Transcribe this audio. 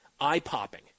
eye-popping